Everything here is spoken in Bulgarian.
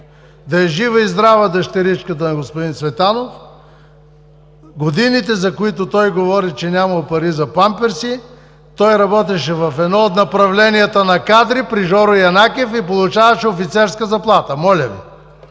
Да е жива и здрава дъщеричката на господин Цветанов! Годините, за които той говори, че нямал пари за памперси, той работеше в едно от направленията на „Кадри“ при Жоро Янакиев и получаваше офицерска заплата. Моля Ви!